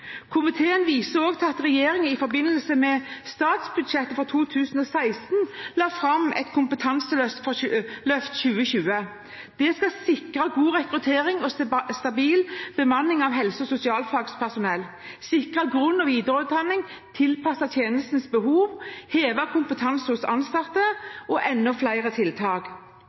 Komiteen viser til at regjeringen i forbindelse med statsbudsjettet for 2016 la fram Kompetanseløft 2020. Det skal sikre god rekruttering og stabil bemanning av helse- og sosialfaglig personell, sikre at grunn- og videreutdanningen er tilpasset tjenestens behov, heve kompetansen hos ansatte og dessuten enda flere tiltak.